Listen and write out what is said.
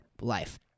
life